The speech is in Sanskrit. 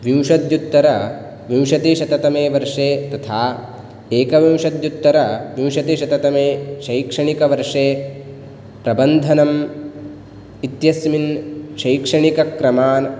विंशत्युत्तर विंशतिशततमे वर्षे तथा एकविंशत्युत्तरविंशतिशततमे शैक्षणिकवर्षे प्रबन्धनं इत्यस्मिन् शैक्षणिकक्रमान्